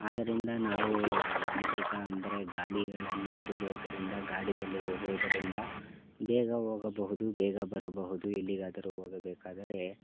ಆದ್ದರಿಂದ ನಾವು ಯಾಂತ್ರಿಕ ಅಂದರೆ ಗಾಡಿಗಳನ್ನು ಇಟ್ಟಿರುವುದರಿಂದ ಗಾಡಿಯಲ್ಲಿ ಹೋಗುವುದರಿಂದ ಬೇಗ ಹೋಗಬಹುದು ಬೇಗ ಬರಬಹುದು ಎಲ್ಲಿಗಾದರೂ ಹೋಗಬೇಕಾದರೆ